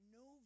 no